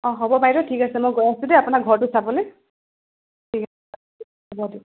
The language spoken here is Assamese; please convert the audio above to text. অঁ হ'ব বাইদউ ঠিক আছে মই গৈ আছো দেই আপোনাৰ ঘৰটো চাবলৈ ঠিক আছে হ'ব দিয়ক